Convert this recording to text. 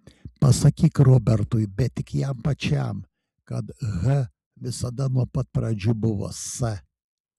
pasakyk robertui bet tik jam pačiam kad h visada nuo pat pradžių buvo s